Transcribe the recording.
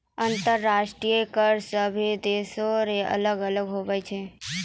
अंतर्राष्ट्रीय कर सभे देसो रो अलग अलग हुवै छै